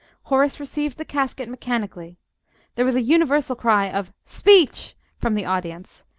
horace received the casket mechanically there was a universal cry of speech! from the audience,